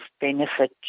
benefit